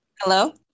Hello